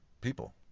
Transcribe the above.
people